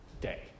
day